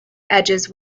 edges